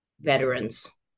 veterans